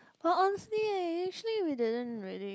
well honestly actually we didn't really